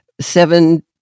seven